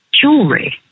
jewelry